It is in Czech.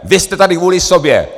Vy jste tady kvůli sobě.